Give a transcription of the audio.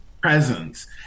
presence